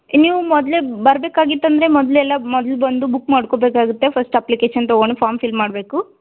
ನೀವು ಮೊದಲೇ ಬರ್ಬೇಕಾಗಿತ್ತು ಅಂದರೆ ಮೊದಲೆಲ್ಲಾ ಮೊದ್ಲು ಬಂದು ಬುಕ್ ಮಾಡ್ಕೋಬೇಕಾಗುತ್ತೆ ಫಸ್ಟ್ ಅಪ್ಲಿಕೇಶನ್ ತಗೊಂಡು ಫಾರ್ಮ್ ಫಿಲ್ ಮಾಡಬೇಕು